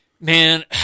Man